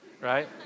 Right